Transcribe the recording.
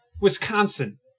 Wisconsin